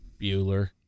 Bueller